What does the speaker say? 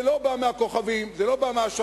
זה לא בא מהכוכבים, זה לא בא מהשמים,